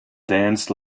dance